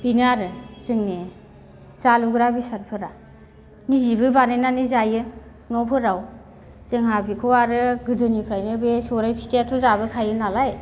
बेनो आरो जोंनि जालुग्रा बेसादफोरा निजेबो बानायनानै जायो न'फोराव जोंहा बेखौ आरो गोदोनिफ्रायनो बे सौराइ फिथायाथ' जाबोखायो नालाय